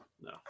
No